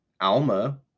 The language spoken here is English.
Alma